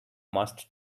must